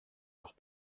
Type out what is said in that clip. leurs